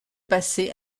passer